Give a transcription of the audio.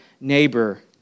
neighbor